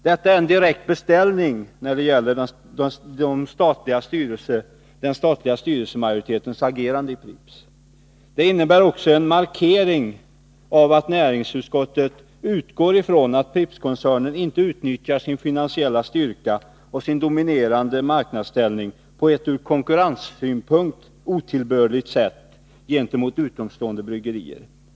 Detta är en direkt beställning när det gäller den statliga styrelsemajoritetens agerande i Pripps. Det innebär också en markering av att näringsutskottet utgår från att Prippskoncernen inte utnyttjar sin finansiella styrka och sin dominerande marknadsställning på ett från konkurrenssynpunkt otillbörligt sätt gentemot utomstående bryggerier.